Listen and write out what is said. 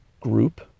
group